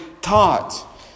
taught